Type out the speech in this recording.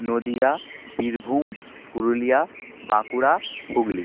Nadia Birbhum Purulia Bankura Hooghly